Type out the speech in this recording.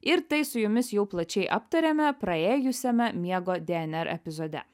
ir tai su jumis jau plačiai aptarėme praėjusiame miego dnr epizode